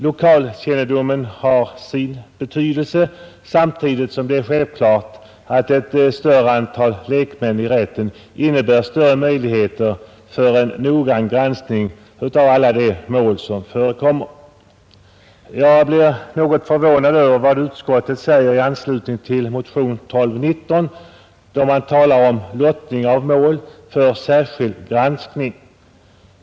Lokalkännedomen har sin betydelse samtidigt som det är självklart att ett större antal lekmän i rätten innebär större möjligheter för en noggrann granskning av alla de mål som förekommer. Jag är något förvånad över vad utskottet säger i anslutning till motionen 1219, då man talar om lottning av mål för särskild granskning.